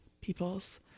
peoples